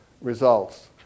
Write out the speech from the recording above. results